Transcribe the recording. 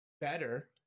better